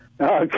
Okay